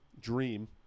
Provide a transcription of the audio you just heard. dream